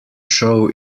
show